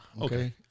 okay